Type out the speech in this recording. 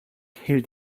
hielt